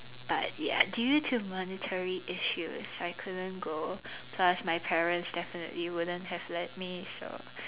but ya due to monetary issues I couldn't go plus my parents definitely wouldn't have let me so